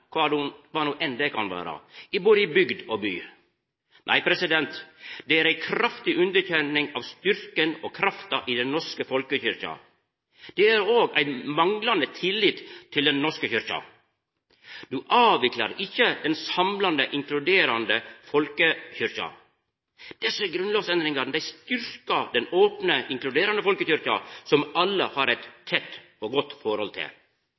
no enn det kan vera – i både bygd og by. Nei, det er ei kraftig underkjenning av styrken og krafta i den norske folkekyrkja. Det er òg ein manglande tillit til Den norske kyrkja. Ein avviklar ikkje den samlande, inkluderande folkekyrkja, desse grunnlovsendringane styrkjer den opne, inkluderande folkekyrkja, som alle har eit tett og godt forhold til.